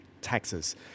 taxes